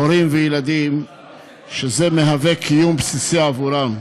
הורים וילדים שזה מהווה קיום בסיסי עבורם.